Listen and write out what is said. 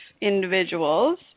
individuals